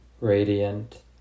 radiant